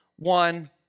one